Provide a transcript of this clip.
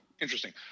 Interesting